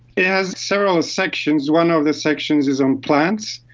it has several sections. one of the sections is on plants,